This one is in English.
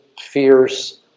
fierce